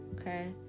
Okay